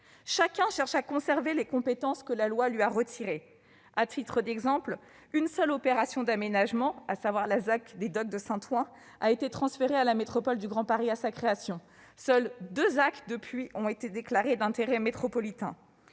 Chacun cherche à conserver les compétences que la loi lui a retirées. À titre d'exemple, une seule opération d'aménagement, la zone d'aménagement concerté, ou ZAC, des docks de Saint-Ouen, a été transférée à la métropole du Grand Paris lors de sa création. Seuls deux actes ont depuis été déclarés d'intérêt métropolitain.